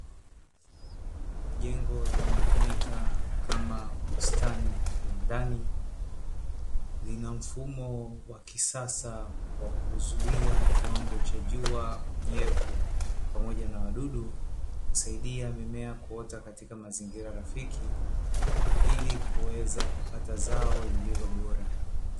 Jengo linalotumika kama bustani ya ndani, lina mfumo wa kisasa wa kuzuia kiwango cha jua, unyevu pamoja na wadudu kusaidia mimea kuota katika mazingira rafiki ili kuweza kupata zao lililo bora.